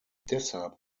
deshalb